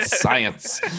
science